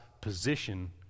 position